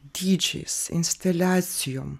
dydžiais instaliacijom